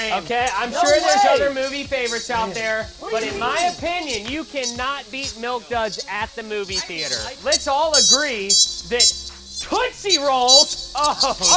ok, i'm sure there's other movie favorites out there, but in my opinion, you can not be milk duds at the movie theater. like let's all agree that tootsie rolls oh,